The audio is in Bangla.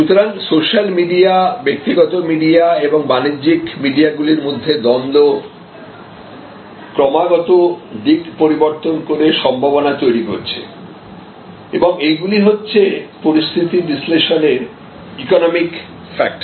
সুতরাং সোশ্যাল মিডিয়া ব্যক্তিগত মিডিয়া এবং বাণিজ্যিক মিডিয়াগুলির মধ্যে দ্বন্দ্ব ক্রমাগত দিক পরিবর্তন করে সম্ভাবনা তৈরি করছে এবং এইগুলি হচ্ছে পরিস্থিতি বিশ্লেষণের ইকোনমিক ফ্যাক্টর